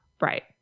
Right